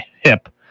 hip